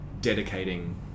dedicating